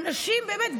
באמת,